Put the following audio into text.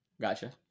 gotcha